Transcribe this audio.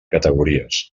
categories